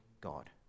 God